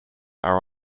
are